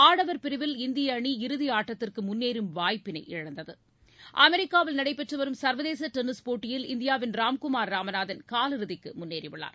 ஆடவர் பிரிவில் இந்தியஅணி இறுதிஆட்டத்திற்குமுன்னேறும் வாய்ப்பினை இழந்தது அமெரிக்காவில் நடைபெற்றுவரும் சர்வதேசடென்னிஸ் போட்டியில் இந்தியாவின் ராம்குமார் ராம்நாதன் காலிறுதிக்குமுன்னேறிஉள்ளார்